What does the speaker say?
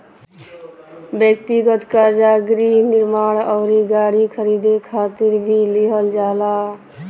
ब्यक्तिगत कर्जा गृह निर्माण अउरी गाड़ी खरीदे खातिर भी लिहल जाला